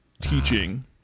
teaching